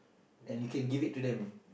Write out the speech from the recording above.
and you can give it to them